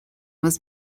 was